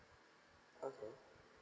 okay